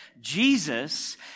Jesus